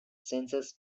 census